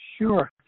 Sure